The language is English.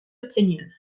opinion